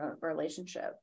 relationship